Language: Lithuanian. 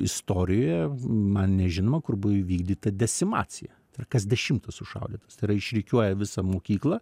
istorijoje man nežinoma kur buvo įvykdyta desimacija ir kas dešimtas sušaudytas tai yra išrikiuoja visą mokyklą